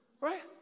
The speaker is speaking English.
Right